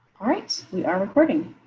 alright, we are recording,